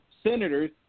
Senators